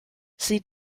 sie